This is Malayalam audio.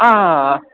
ആ ആ ആ